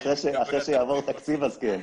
אחרי שיעבור תקציב אז כן.